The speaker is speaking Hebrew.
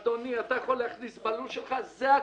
אדוני, אתה יכול להכניס בלול שלך, זו הכמות,